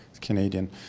Canadian